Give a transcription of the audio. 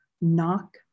knock